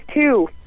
two